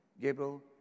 Gabriel